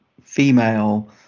female